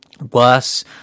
worse